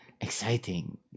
exciting